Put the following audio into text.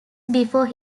before